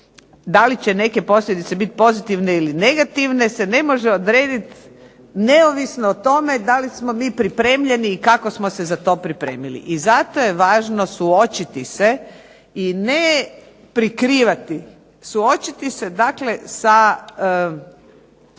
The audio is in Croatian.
da li će neke posljedice biti pozitivne ili negativne se ne može odredit neovisno o tome da li smo mi pripremljeni i kako smo se za to pripremili. I zato je važno su očiti se i ne prikrivati, suočiti se dakle sa